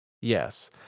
Yes